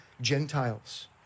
Gentiles